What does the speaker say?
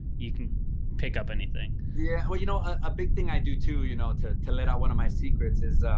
you can pick up anything. yeah. well, you know, a big thing i do to, you know, to to let out one of my secrets is,